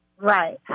Right